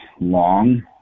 long